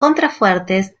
contrafuertes